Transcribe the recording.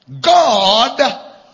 God